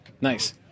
Nice